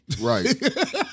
Right